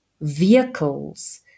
vehicles